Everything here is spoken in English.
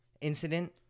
incident